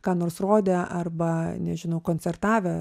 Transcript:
ką nors rodę arba nežinau koncertavę